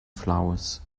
flowers